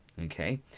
okay